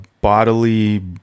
bodily